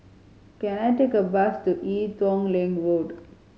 can I take a bus to Ee Teow Leng Road